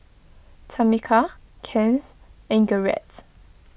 Tamica Kennth and Garrets